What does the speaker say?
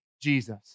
Jesus